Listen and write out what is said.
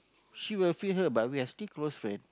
she will feel hurt but we are still close friend